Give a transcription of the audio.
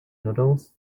noodles